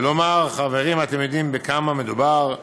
ולומר: חברים, אתם יודעים בכמה מדובר?